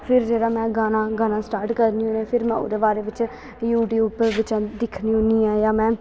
फिर जेह्ड़ा में गाना गाना स्टार्ट करनी होन्नी आं फिर में ओह्दे बारे बिच्च यूट्यूब उप्पर बिच्चां दिक्खनी होन्नी आं जां में